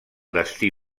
destí